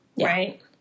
right